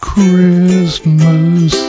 Christmas